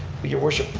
your worship,